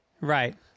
right